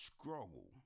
struggle